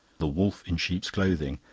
the wolf in sheep's clothing,